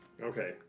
Okay